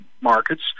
markets